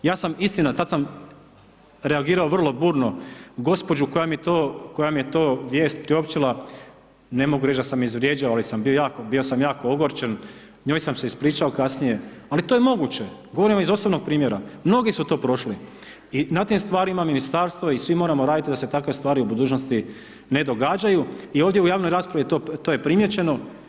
Ja sam istina, tad sam reagirao vrlo burno, gospođu koja mi je to, koja mi je to vijest priopćila ne mogu reć da sam izvrijeđao ali sam bio, bio sam jako ogorčen, njoj sam se ispričao kasnije, ali to je moguće, govorim vam iz osobnog primjera, mnogi su to prošli i na tim stvarima, ministarstvo i svi moramo raditi da se takve stvari u budućnosti ne događaju i ovdje u javnoj raspravi to je primijećeno.